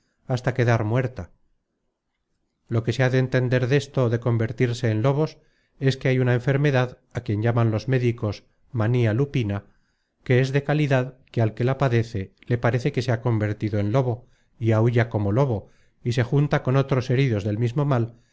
hasta quedar muerta lo que se ha de entender desto de convertirse en lobos es que hay una enfermedad á quien llaman los médicos mania lupina que es de calidad que al que la padece le parece que se ha convertido en lobo y aulla como lobo y se junta con otros heridos del mismo mal